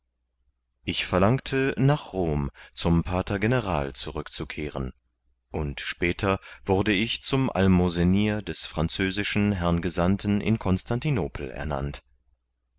ich verlangte nach rom zum pater general zurück zu kehren und später wurde ich zum almosenier des französischen herrn gesandten in konstantinopel ernannt